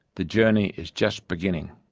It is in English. the journey is just beginning.